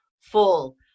full